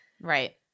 Right